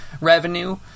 revenue